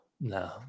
No